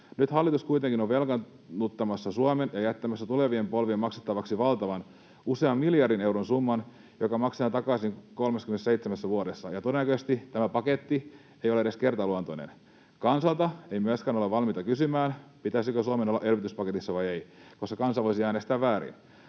Nyt hallitus kuitenkin on velkaannuttamassa Suomen ja jättämässä tulevien polvien maksettavaksi valtavan, usean miljardin euron summan, joka maksetaan takaisin 37 vuodessa, ja todennäköisesti tämä paketti ei ole edes kertaluontoinen. Kansalta ei myöskään olla valmiita kysymään, pitäisikö Suomen olla elvytyspaketissa vai ei, koska kansa voisi äänestää väärin.